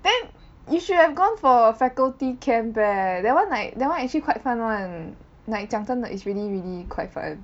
then you should have gone for faculty camp leh that one like that one actually quite fun one like 讲真的 is really really quite fun